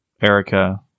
Erica